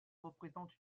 représentent